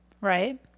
right